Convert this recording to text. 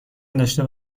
داشته